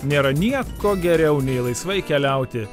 nėra nieko geriau nei laisvai keliauti